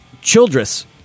Childress